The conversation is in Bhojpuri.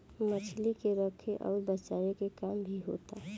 मछली के रखे अउर बचाए के काम भी होता